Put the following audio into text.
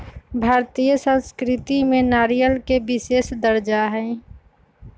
भारतीय संस्कृति में नारियल के विशेष दर्जा हई